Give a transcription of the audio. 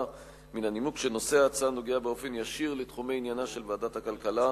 מן הנימוק שנושא ההצעה נוגע באופן ישיר לתחומי עניינה של ועדת הכלכלה,